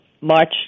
March